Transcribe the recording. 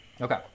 Okay